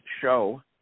show